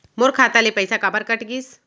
मोर खाता ले पइसा काबर कट गिस?